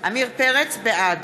בעד